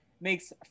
makes